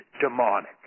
demonic